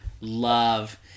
Love